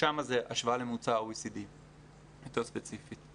שם זה השוואה לממוצע ה-OECD יותר ספציפי,